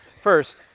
First